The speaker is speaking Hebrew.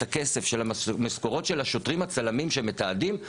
את הכסף של המשכורות של השוטרים הצלמים שמתעדים,